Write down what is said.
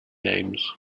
names